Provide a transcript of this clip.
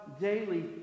daily